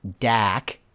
DAC